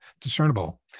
discernible